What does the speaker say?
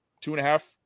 two-and-a-half